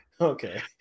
Okay